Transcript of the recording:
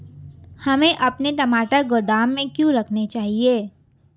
हमें अपने टमाटर गोदाम में क्यों रखने चाहिए?